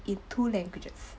in two languages